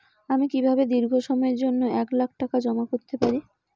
আমি কিভাবে দীর্ঘ সময়ের জন্য এক লাখ টাকা জমা করতে পারি?